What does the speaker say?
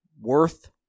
worth